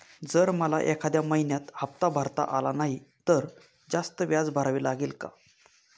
जर मला एखाद्या महिन्यात हफ्ता भरता आला नाही तर जास्त व्याज भरावे लागेल का?